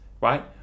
right